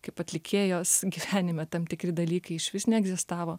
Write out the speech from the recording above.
kaip atlikėjos gyvenime tam tikri dalykai išvis neegzistavo